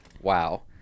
Wow